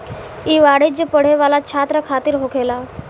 ई वाणिज्य पढ़े वाला छात्र खातिर होखेला